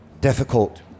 difficult